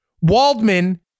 Waldman